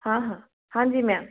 हाँ हाँ हाँ जी मैम